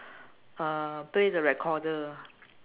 uh play the recorder